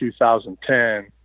2010